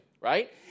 right